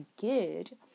good